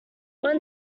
when